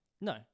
No